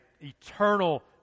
eternal